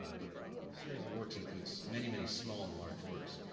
ah the the series of works includes many, many small and large works.